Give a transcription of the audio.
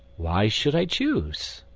why should i choose?